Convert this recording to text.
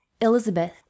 elizabeth